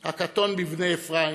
הקטון בבני אפרים,